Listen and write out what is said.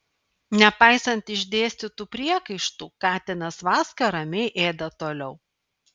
nepaisant išdėstytų priekaištų katinas vaska ramiai ėda toliau